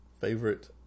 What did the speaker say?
Favorite